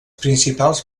principals